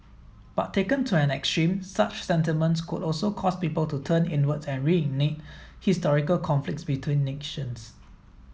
but taken to an extreme such sentiments could also cause people to turn inwards and reignite historical conflicts between nations